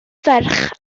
ferch